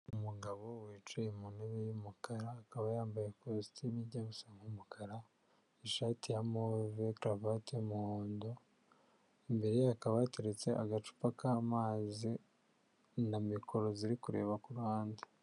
Umugabo wicaye mu ntebe y'umukara, akaba yambaye kositime ijya gusa nk'umukara, ishati ya move, karuvati y'umuhondo, imbere ye hakaba hateretse agacupa k'amazi na mikoro ziri kureba ku ruhande.